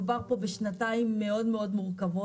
מדובר פה בשנתיים מורכבות מאוד מאוד.